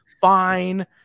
fine